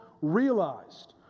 realized